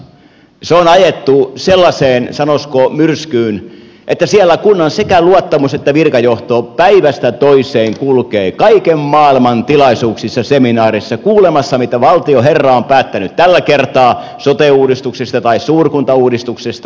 se on ajettu sellaiseen sanoisiko myrskyyn että siellä kunnan sekä luottamus että virkajohto päivästä toiseen kulkee kaiken maailman tilaisuuksissa seminaareissa kuulemassa mitä valtioherra on päättänyt tällä kertaa sote uudistuksista tai suurkuntauudistuksista